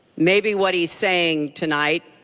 maybe what he is saying tonight